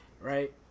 Right